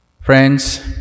Friends